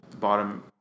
bottom